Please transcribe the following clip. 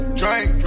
drink